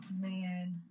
Man